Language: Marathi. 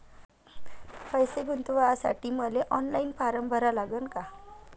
पैसे गुंतवासाठी मले ऑनलाईन फारम भरा लागन का?